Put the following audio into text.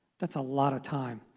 that's a lot of time.